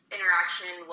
interaction